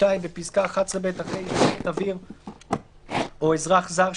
בפסקה (11)(ב) אחרי "איש צוות אוויר או אזרח זר,